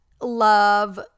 love